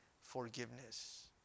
forgiveness